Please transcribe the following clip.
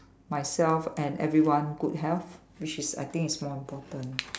myself and everyone good health which is I think is more important